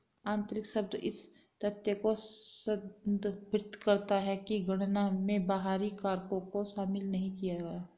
आंतरिक शब्द इस तथ्य को संदर्भित करता है कि गणना में बाहरी कारकों को शामिल नहीं किया गया है